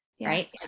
Right